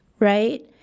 right?